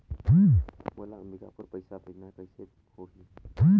मोला अम्बिकापुर पइसा भेजना है, कइसे होही?